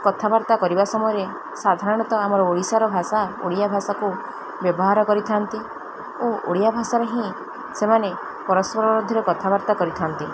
କଥାବାର୍ତ୍ତା କରିବା ସମୟରେ ସାଧାରଣତଃ ଆମର ଓଡ଼ିଶାର ଭାଷା ଓଡ଼ିଆ ଭାଷାକୁ ବ୍ୟବହାର କରିଥାନ୍ତି ଓ ଓଡ଼ିଆ ଭାଷାରେ ହିଁ ସେମାନେ ପରସ୍ପରର ମଧ୍ୟରେ କଥାବାର୍ତ୍ତା କରିଥାନ୍ତି